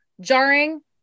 jarring